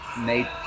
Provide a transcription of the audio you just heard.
made